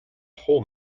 whole